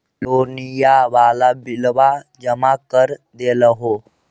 लोनिया वाला बिलवा जामा कर देलहो?